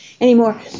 anymore